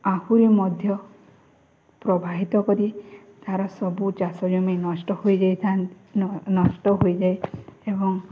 ଆହୁରି ମଧ୍ୟ ପ୍ରବାହିତ କରି ତାର ସବୁ ଚାଷ ଜମି ନଷ୍ଟ ହୋଇଯାଇଥାନ୍ତି ନଷ୍ଟ ହୋଇଯାଏ ଏବଂ